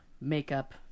makeup